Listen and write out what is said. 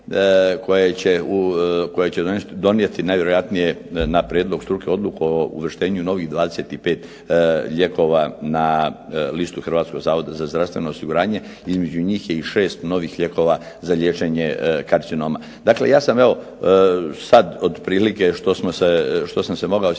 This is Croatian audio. koje će donijeti najvjerojatnije na prijedlog struke odluku o uvrštenju novih 25 lijekova na listu Hrvatskog zavoda za zdravstvenog osiguranje. Između njih je i 6 novih lijekova za liječenje karcinoma. Dakle, ja sam evo sad otprilike što sam se mogao sjetiti